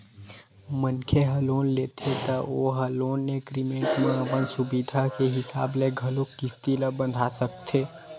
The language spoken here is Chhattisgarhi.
मनखे ह लोन लेथे त ओ ह लोन एग्रीमेंट म अपन सुबिधा के हिसाब ले घलोक किस्ती ल बंधा सकथे